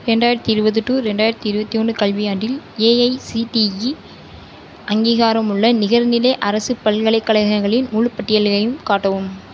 ரெண்டாயிரத்தி இருபது டு ரெண்டாயிரத்தி இருபத்தி ஒன்று கல்வியாண்டில் ஏஐசிடிஇ அங்கீகாரமுள்ள நிகர்நிலை அரசு பல்கலைக்கழகங்களின் முழுப் பட்டியலையும் காட்டவும்